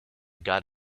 got